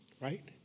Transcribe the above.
right